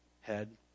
head